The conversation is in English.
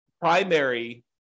Primary